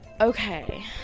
Okay